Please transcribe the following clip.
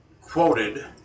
quoted